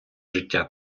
життя